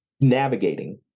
navigating